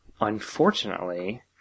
unfortunately